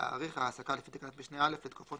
להאריך העסקה לפי תקנת משנה (א) לתקופות